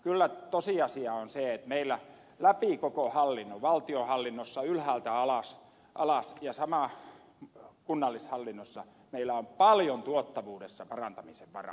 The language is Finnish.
kyllä tosiasia on se että meillä on läpi koko hallinnon valtiohallinnossa ylhäältä alas ja sama kunnallishallinnossa paljon tuottavuudessa parantamisen varaa